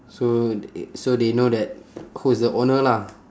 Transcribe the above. so t~ so they know that who is the owner lah